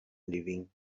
living